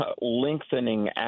lengthening